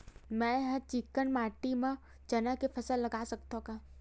मै ह चिकना माटी म चना के फसल उगा सकथव का?